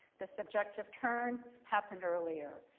the subjective turn happened earlier.